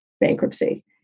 bankruptcy